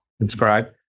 subscribe